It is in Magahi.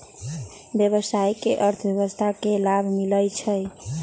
व्यवसाय से अर्थव्यवस्था के लाभ मिलइ छइ